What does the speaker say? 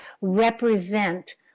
represent